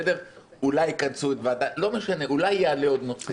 אולי יעלה עוד נושא.